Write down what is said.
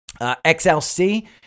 XLC